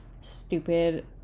stupid